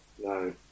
No